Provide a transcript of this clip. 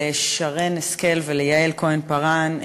לשרן השכל וליעל כהן-פארן,